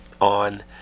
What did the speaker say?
on